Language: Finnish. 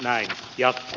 näin jatkuu